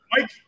Mike –